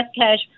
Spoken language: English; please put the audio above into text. cash